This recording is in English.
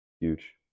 huge